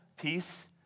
peace